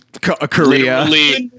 Korea